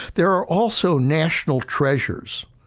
there are also national treasures,